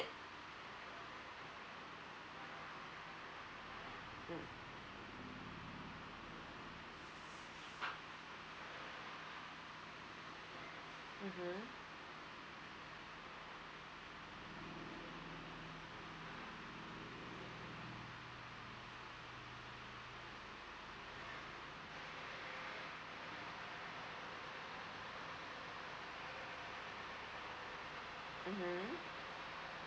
mm mmhmm mmhmm